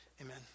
Amen